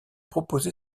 proposé